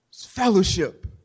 Fellowship